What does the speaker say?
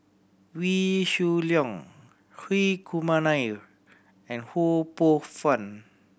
Wee Shoo Leong Hri Kumar Nair and Ho Poh Fun